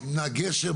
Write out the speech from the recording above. מהגשם,